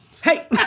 Hey